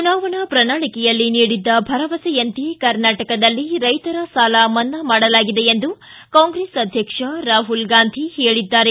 ಚುನಾವಣೆ ಪ್ರಣಾಳಿಕೆಯಲ್ಲಿ ನೀಡಿದ್ದ ಭರವಸೆಯಂತೆ ಕರ್ನಾಟಕದಲ್ಲಿ ರೈತರ ಸಾಲ ಮನ್ನಾ ಮಾಡಲಾಗಿದೆ ಎಂದು ಕಾಂಗ್ರೆಸ್ ಆಧ್ಯಕ್ಷ ರಾಹುಲ್ ಗಾಂಧಿ ಹೇಳಿದ್ದಾರೆ